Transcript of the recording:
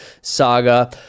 saga